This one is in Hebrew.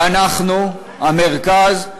ואנחנו, המרכז,